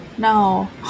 No